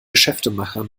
geschäftemacher